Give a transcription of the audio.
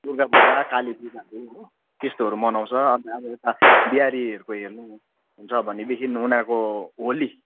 दुर्गापूजा काली पूजाहरू हो त्यस्तोहरू मनाउँछ अन्त अब यता बिहारीहरूको हेर्नुहुन्छ भनेदेखि उनीहरूको होली